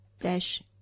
dash